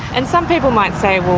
and some people might say, well,